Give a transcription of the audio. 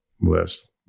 list